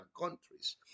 countries